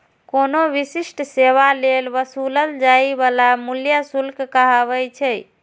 कोनो विशिष्ट सेवा लेल वसूलल जाइ बला मूल्य शुल्क कहाबै छै